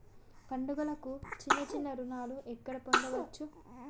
పండుగలకు చిన్న చిన్న రుణాలు ఎక్కడ పొందచ్చు?